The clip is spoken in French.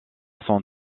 son